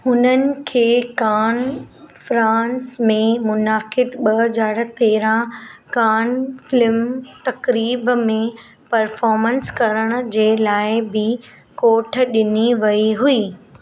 हुननि खे Cannes France में मुनाक़िद ॿ हज़ार तेरहं कान फ़िल्म तक़रीब में पर्फ़ोमेंस करण जे लाइ बि कोठ डि॒नी वई हुई